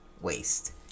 waste